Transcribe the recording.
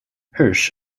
hirsch